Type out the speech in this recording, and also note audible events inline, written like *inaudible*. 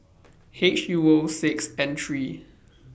*noise* H U O six N three